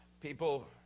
People